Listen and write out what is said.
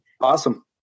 awesome